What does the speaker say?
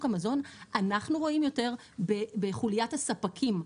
המזון אנחנו רואים יותר בחוליית הספקים,